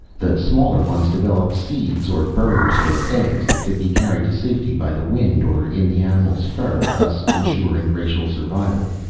the smaller ones developed seeds, or burrs or eggs, that could be carried to safety by the wind or in the animals' fur, thus insuring racial survival.